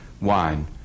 wine